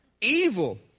Evil